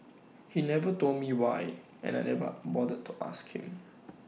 he never told me why and I never bothered to ask him